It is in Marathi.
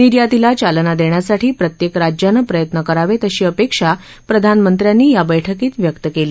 निर्यातीला चालना देण्यासाठी प्रत्येक राज्यानं प्रयत्न करावेत अशी अपेक्षा प्रधानमंत्र्यांनी या बैठकीत व्यक्त केली